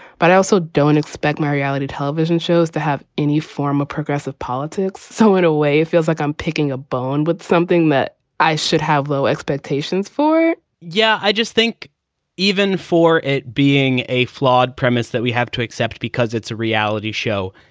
but i also don't expect much reality television shows to have any form of progressive politics. so in a way it feels like i'm picking a bone with something that i should have low expectations for yeah. i just think even for it being a flawed premise that we have to accept because it's a reality show.